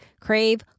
crave